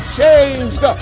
changed